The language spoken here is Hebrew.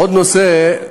עוד נושא,